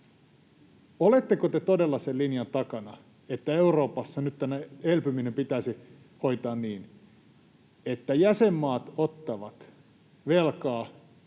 Oletteko te todella sen linjan takana, että Euroopassa nyt tämä elpyminen pitäisi hoitaa niin, että jäsenmaat ottavat velkaa